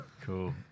Cool